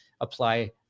apply